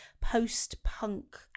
post-punk